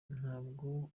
ntabwo